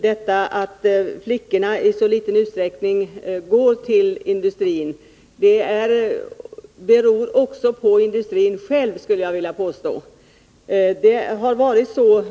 Detta att flickorna i så liten utsträckning går till industrin beror också på industrin själv.